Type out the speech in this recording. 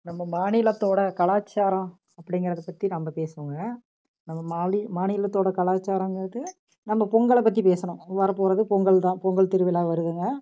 நம்ப மாநிலத்தோடய கலாச்சாரம் அப்டிங்கிறதை பற்றி நம்ப பேசுவோங்க நம்ப மாலி மாநிலத்தோடய கலாச்சாரங்கிறது நம்ப பொங்கலை பற்றி பேசுறோம் வரப்போகிறது பொங்கல் தான் பொங்கல் திருவிழா வருதுங்க